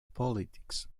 politics